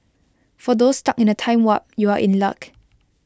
for those stuck in A time warp you are in luck